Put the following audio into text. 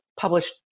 published